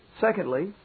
Secondly